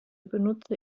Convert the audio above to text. benutze